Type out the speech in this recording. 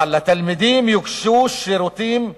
אבל לתלמידים יוגשו שירותים שוויוניים,